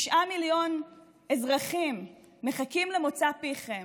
9 מיליון אזרחים מחכים למוצא פיכם,